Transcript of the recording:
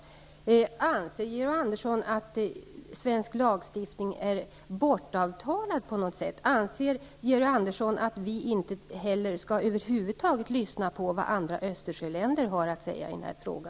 Anser Georg Andersson att svensk lagstiftning på något sätt har avtalts bort? Anser Georg Andersson att vi inte över huvud taget skall lyssna på vad andra Östersjöländer har att säga i denna fråga?